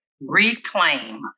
reclaim